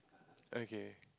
okay